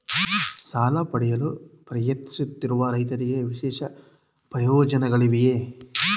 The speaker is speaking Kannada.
ಸಾಲ ಪಡೆಯಲು ಪ್ರಯತ್ನಿಸುತ್ತಿರುವ ರೈತರಿಗೆ ವಿಶೇಷ ಪ್ರಯೋಜನಗಳಿವೆಯೇ?